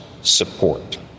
support